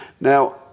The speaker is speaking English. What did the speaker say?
Now